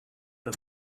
but